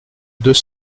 deux